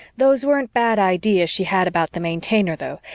those weren't bad ideas she had about the maintainer, though,